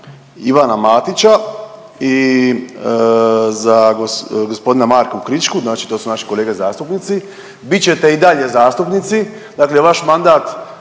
Ivana Matića i za g. Marka Kričku, znači to su naše kolege zastupnici, bit ćete i dalje zastupnici, dakle vaš mandat